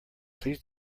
please